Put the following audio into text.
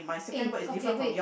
ah okay wait